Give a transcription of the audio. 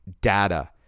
data